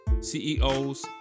CEOs